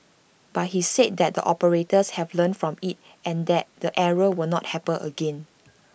but he said that the operators have learnt from IT and that the error will not happen again